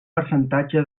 percentatge